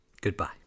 goodbye